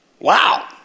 Wow